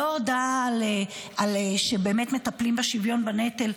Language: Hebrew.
לא הודעה שבאמת מטפלים בשוויון בנטל.